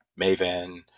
Maven